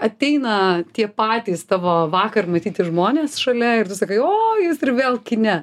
ateina tie patys tavo vakar matyti žmonės šalia ir tu sakai o jūs ir vėl kine